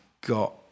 got